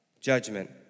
judgment